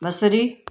बसिरी